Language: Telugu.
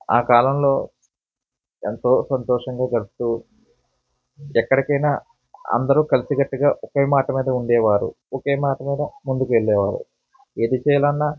ఆ కాలంలో ఎంతో సంతోషంగా గడుపుతూ ఎక్కడికైనా అందరు కలిసికట్టుగా ఒకే మాట మీద ఉండేవారు ఒకే మాట మీద ముందుకు వెళ్ళేవారు ఏది చేయాలన్నా